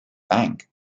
bank